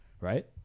right